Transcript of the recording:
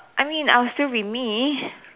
I mean I would still be me